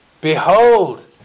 behold